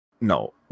No